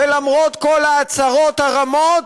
ולמרות כל ההצהרות הרמות,